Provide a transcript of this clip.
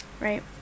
Right